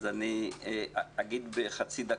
אז אגיד בחצי דקה.